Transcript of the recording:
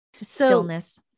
Stillness